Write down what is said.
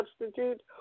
substitute